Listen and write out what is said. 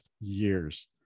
years